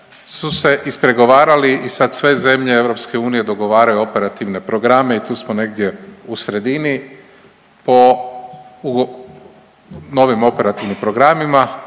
su se ispregovarali i sad sve zemlje EU dogovaraju operativne programe i tu smo negdje u sredini po novim operativnim programima